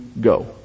go